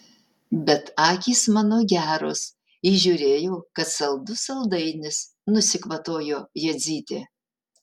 bet akys mano geros įžiūrėjau kad saldus saldainis nusikvatojo jadzytė